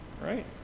Right